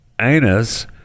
anus